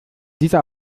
dieser